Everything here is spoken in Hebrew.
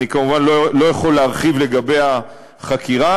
אני כמובן לא יכול להרחיב לגבי החקירה,